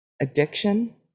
addiction